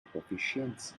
proficiency